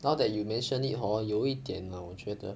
now that you mention it hor 有一点 ah 我觉得